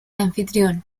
anfitrión